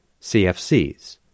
CFCs